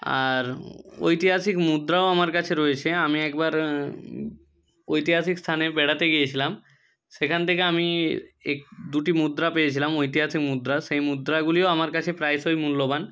আর ঐতিহাসিক মুদ্রাও আমার কাছে রয়েছে আমি একবার ঐতিহাসিক স্থানে বেড়াতে গিয়েছিলাম সেখান থেকে আমি এক দুটি মুদ্রা পেয়েছিলাম ঐতিহাসিক মুদ্রা সেই মুদ্রাগুলিও আমরা কাছে প্রায়শই মূল্যবান